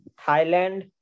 Thailand